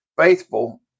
Faithful